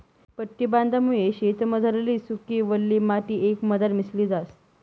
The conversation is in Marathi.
पट्टी बांधामुये शेतमझारली सुकी, वल्ली माटी एकमझार मिसळी जास